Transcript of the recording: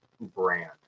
brand